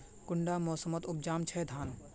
कुंडा मोसमोत उपजाम छै धान?